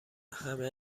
همه